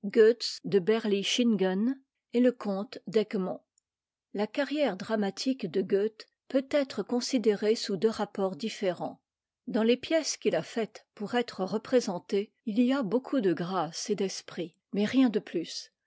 et le comte t mo la carrière dramatique de goethe peut être considérée sous deux rapports différents dans les pièces qu'il a faites pour être représentées il y a beaucoup de grâce et d'esprit mais rien de plus